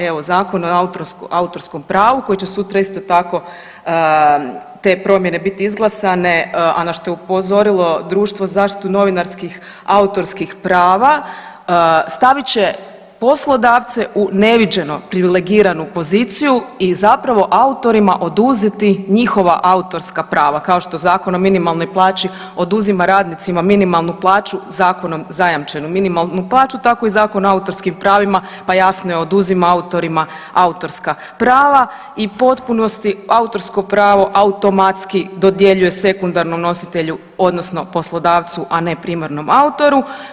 Evo, Zakon o autorskom pravu, koji će sutra isto tako te promjene biti izglasane, a na što je upozorilo Društvo za zaštitu novinarskih autorskih prava, stavit će poslodavce u neviđeno privilegiranu poziciju i zapravo autorima oduzeti njihova autorska prava, kao što Zakon o minimalnoj plaći oduzima radnicima minimalnu plaću zakonom zajamčenu minimalnu plaću, tako i Zakon o autorskim pravima, pa jasno je, oduzima autorima autorska prava i potpunosti autorsko pravo automatski dodjeljuje sekundarnom nositelju, odnosno poslodavcu, a ne primarnom autoru.